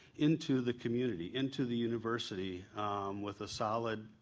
into the community, into the university with a solid